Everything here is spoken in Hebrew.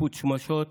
ניפוץ שמשות